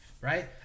right